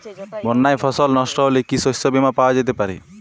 বন্যায় ফসল নস্ট হলে কি শস্য বীমা পাওয়া যেতে পারে?